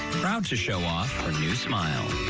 proud to show off her new smile.